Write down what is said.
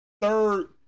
third